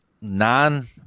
non